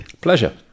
pleasure